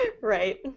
Right